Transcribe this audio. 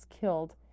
killed